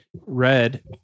red